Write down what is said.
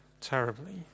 terribly